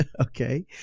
Okay